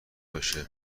بشه